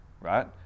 right